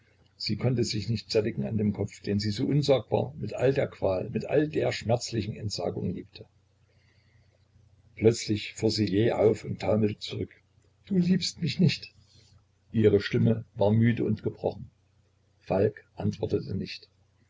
sie konnte sich nicht sättigen an dem kopf den sie so unsagbar mit all der qual mit all der schmerzhaften entsagung liebte plötzlich fuhr sie jäh auf und taumelte zurück du liebst mich nicht ihre stimme war müde und gebrochen falk antwortete nicht